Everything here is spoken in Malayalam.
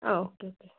ആ ഓക്കെ ഓക്കെ